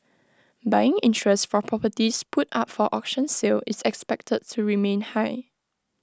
buying interest for properties put up for auction sale is expected to remain high